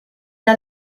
der